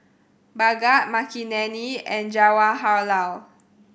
Bhagat Makineni and Jawaharlal